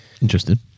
Interested